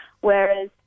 whereas